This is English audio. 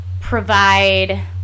provide